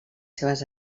seves